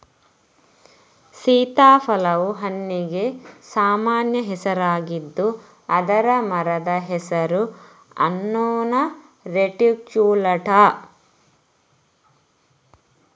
ಸೀತಾಫಲವು ಹಣ್ಣಿಗೆ ಸಾಮಾನ್ಯ ಹೆಸರಾಗಿದ್ದು ಅದರ ಮರದ ಹೆಸರು ಅನ್ನೊನಾ ರೆಟಿಕ್ಯುಲಾಟಾ